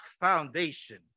foundation